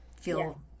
feel